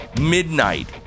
Midnight